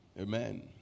Amen